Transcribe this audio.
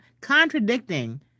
contradicting